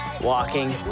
Walking